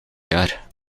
jaar